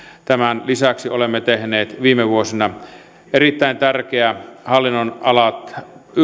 tämän lisäksi olemme tehneet viime vuosina erittäin tärkeää hallinnonalarajat